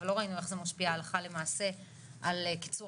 אבל לא ראינו איך זה משפיע הלכה למעשה על קיצור